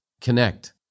connect